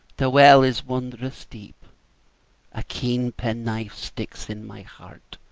the well is wondrous deep a keen penknife sticks in my heart,